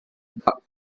but